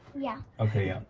yeah. okay, yeah.